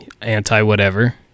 anti-whatever